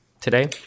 today